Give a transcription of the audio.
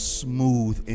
smooth